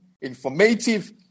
informative